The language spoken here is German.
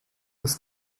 das